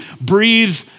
breathe